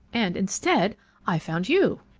and instead i found you!